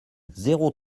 zéro